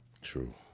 True